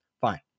Fine